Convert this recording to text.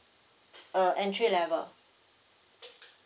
uh entry level